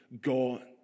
God